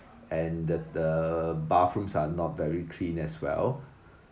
and the the bathrooms are not very clean as well